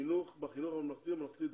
בחינוך הממלכתי, הממלכתי-דתי.